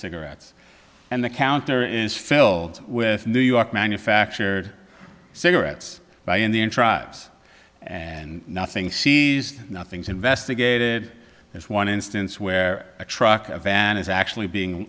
cigarettes and the counter is filled with new york manufactured cigarettes by and then tribes and nothing seized nothing's investigated there's one instance where a truck a van is actually being